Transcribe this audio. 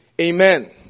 Amen